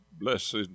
blessed